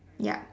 yup